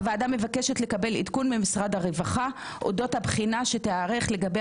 הוועדה מבקשת לקבל עדכון ממשרד הרווחה אודות הבחינה שתיערך לגבי